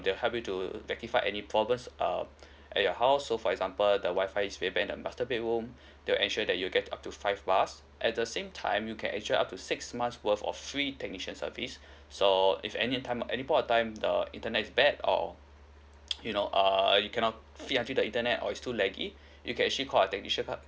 they'll help you to rectify any problems um at your house so for example the Wi-Fi is very bad in the master bedroom they'll ensure that you will get up to five bars at the same time you can adjure up to six months worth of free technician service so if any time any point of time the internet is bad or you know err you cannot see until the internet or is too laggy you can actually call our technician uh